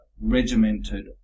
regimented